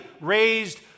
raised